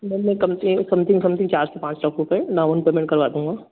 ma'am मैं something something चार से पाँच सौ डाउन पेमेंट करवा दूँगा